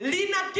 Lina